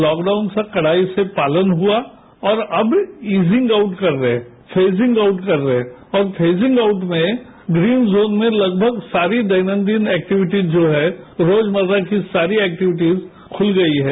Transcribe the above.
lockdown से कड़ाई से पालन हुआ और अब ईजिंग आउट कर रहे हैं फेजिंग आउट कर रहे है और फेजिंग आउट में ग्रीन जोन में लगभग सारी दैनन्दिन एक्टिविटीज जो हैं रोजमर्रा की सारी एक्टिविटीज खुल गई हैं